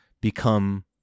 become